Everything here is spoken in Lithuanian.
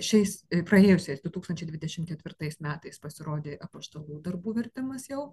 šiais praėjusiais du tūkstančiai dvidešimt ketvirtais metais pasirodė apaštalų darbų vertimas jau